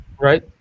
right